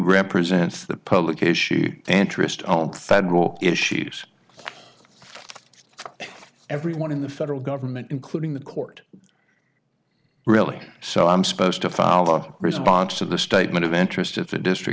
represents the public issue interest all federal issues everyone in the federal government including the court really so i'm supposed to follow response to the statement of interest if a district